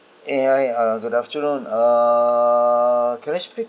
!hey! hi uh good afternoon err can I speak